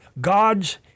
God's